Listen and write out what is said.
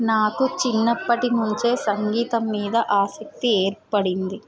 నాకు చిన్నప్పటి నుంచే సంగీతం మీద ఆసక్తి ఏర్పడింది